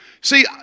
See